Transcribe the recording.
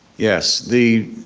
yes, the